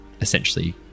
essentially